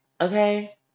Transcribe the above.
Okay